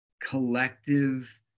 collective